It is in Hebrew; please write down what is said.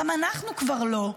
גם אנחנו כבר לא.